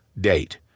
date